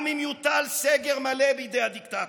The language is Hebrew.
גם אם יוטל סגר מלא בידי הדיקטטור.